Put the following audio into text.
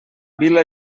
vila